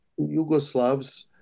Yugoslavs